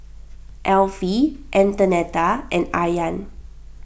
Elfie Antonetta and Ayaan